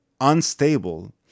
unstable